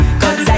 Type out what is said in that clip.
cause